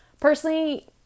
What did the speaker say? Personally